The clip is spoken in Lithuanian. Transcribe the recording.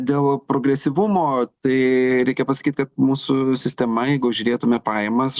dėl progresyvumo tai reikia pasakyt kad mūsų sistema jeigu žiūrėtume pajamas